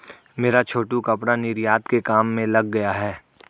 मेरा छोटू कपड़ा निर्यात के काम में लग गया है